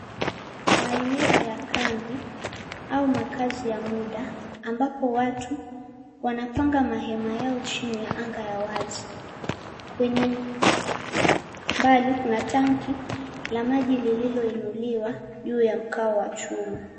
Maeneo ya kambi au makazi ya muda. Ambapo watu wamepanga mahema yao chini ya anga ya wazi. Kwenye mbali kuna tanki la maji lililoinuliwa juu ya mkawa wa chuma.